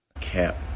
Cap